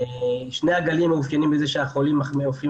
שני הגלים מאופיינים בזה שהחולים הופכים